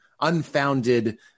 unfounded